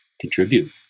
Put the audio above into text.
contribute